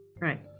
Right